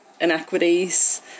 inequities